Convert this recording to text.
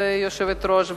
היושבת-ראש,